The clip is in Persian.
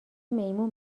میمون